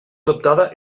adoptada